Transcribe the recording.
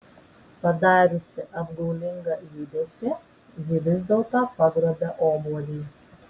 padariusi apgaulingą judesį ji vis dėlto pagrobia obuolį